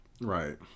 right